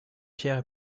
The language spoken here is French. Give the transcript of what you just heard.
pierre